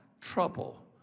trouble